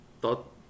thought